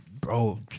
bro